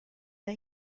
for